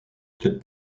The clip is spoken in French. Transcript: tels